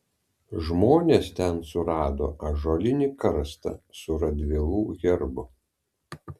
žmonės ten surado ąžuolinį karstą su radvilų herbu